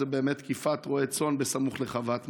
באמת תקיפת רועה צאן סמוך לחוות מעון.